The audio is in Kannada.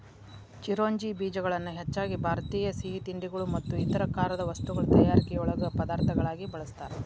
ಚಿರೋಂಜಿ ಬೇಜಗಳನ್ನ ಹೆಚ್ಚಾಗಿ ಭಾರತೇಯ ಸಿಹಿತಿಂಡಿಗಳು ಮತ್ತು ಇತರ ಖಾರದ ವಸ್ತುಗಳ ತಯಾರಿಕೆಯೊಳಗ ಪದಾರ್ಥಗಳಾಗಿ ಬಳಸ್ತಾರ